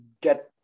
get